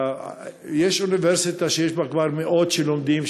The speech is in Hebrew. יש אוניברסיטה שיש בה כבר מאות שלומדים,